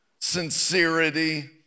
Sincerity